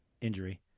injury